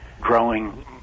growing